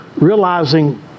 realizing